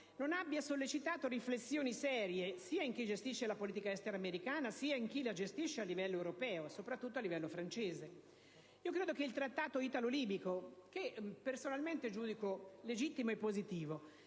non abbia sollecitato riflessioni serie sia in chi gestisce la politica estera americana sia in chi la gestisce a livello europeo, soprattutto a livello francese. Personalmente giudico legittimo e positivo